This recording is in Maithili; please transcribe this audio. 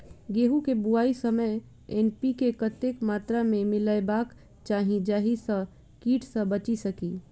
गेंहूँ केँ बुआई समय एन.पी.के कतेक मात्रा मे मिलायबाक चाहि जाहि सँ कीट सँ बचि सकी?